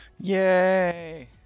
Yay